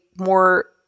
more